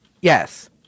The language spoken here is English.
Yes